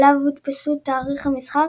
עליו הודפסו תאריך המשחק,